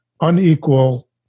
unequal